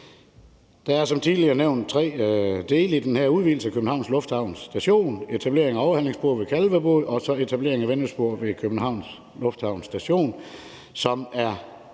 og Vigerslev til Øresundsbroen: udvidelse af Københavns Lufthavn Station, etablering af overhalingsspor ved Kalvebod og etablering af vendespor ved Københavns Lufthavn Station, som er